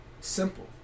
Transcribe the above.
simple